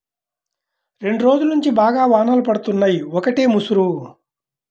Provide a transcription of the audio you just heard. రెండ్రోజుల్నుంచి బాగా వానలు పడుతున్నయ్, ఒకటే ముసురు